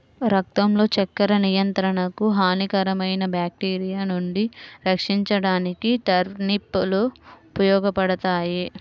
రక్తంలో చక్కెర నియంత్రణకు, హానికరమైన బ్యాక్టీరియా నుండి రక్షించడానికి టర్నిప్ లు ఉపయోగపడతాయి